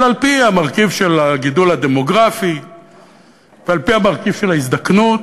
אלא על-פי המרכיב של הגידול הדמוגרפי ועל-פי המרכיב של ההזדקנות,